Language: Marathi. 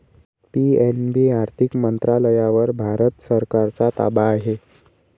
पी.एन.बी आर्थिक मंत्रालयावर भारत सरकारचा ताबा आहे